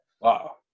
Wow